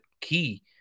key